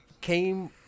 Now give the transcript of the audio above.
came